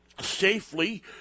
safely